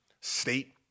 state